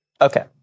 Okay